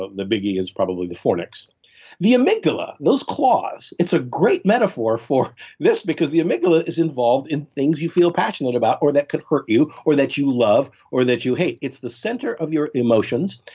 um the biggie is probably the fornix the amygdala, those claws, it's a great metaphor for this because the amygdala is involved in things you feel passionate about or that could hurt you or that you love or that you hate. it's the center of your emotions,